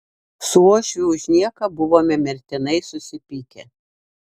su uošviu už nieką buvome mirtinai susipykę